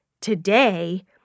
today